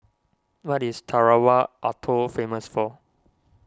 what is Tarawa Atoll famous for